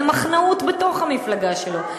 למחנאות בתוך המפלגה שלו.